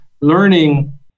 learning